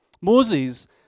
Moses